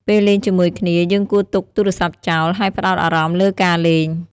ពេលលេងជាមួយគ្នា យើងគួរទុកទូរសព្ទចោល ហើយផ្ដោតអារម្មណ៍លើការលេង។